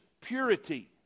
purity